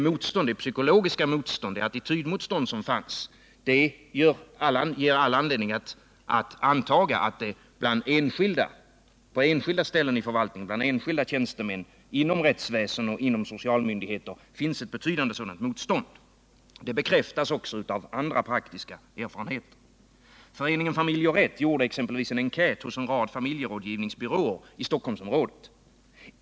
Men det attitydmotstånd som fanns ger all anledning att anta att det bland enskilda tjänstemän inom rättsväsende och inom socialmyndigheter finns ett betydande psykologiskt motstånd. Det bekräftas också av praktiska erfarenheter. Föreningen Familj och Rätt gjorde exempelvis en enkät hos en rad familjerådgivningsbyråer i Stockholmsområdet.